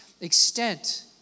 extent